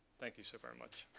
thank you so very much.